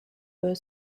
were